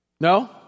No